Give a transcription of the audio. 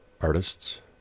artists